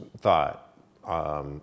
thought